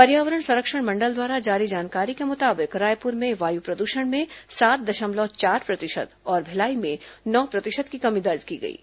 पर्यावरण संरक्षण मंडल द्वारा जारी जानकारी के मुताबिक रायपुर में वायु प्रदूषण में सात दशमलव चार प्रतिशत और भिलाई में नौ प्रतिशत की कमी दर्ज की गई है